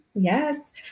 Yes